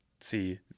See